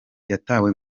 yatawe